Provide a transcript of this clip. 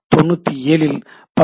97 இல் 19